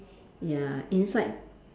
ya inside